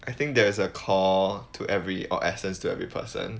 I think there is a call to every or essence to every person